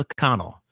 McConnell